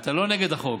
אתה לא נגד החוק.